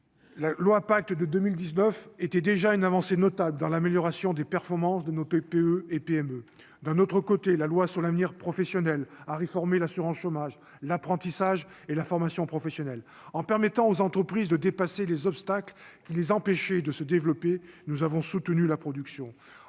La loi pacte de 2019 était déjà une avancée notable dans l'amélioration des performances de nos TPE et PME d'un autre côté, la loi sur l'avenir professionnel à réformer l'assurance-chômage, l'apprentissage et la formation professionnelle en permettant aux entreprises de dépasser les obstacles qui les empêcher de se développer, nous avons soutenu la production